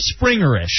springerish